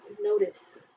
notice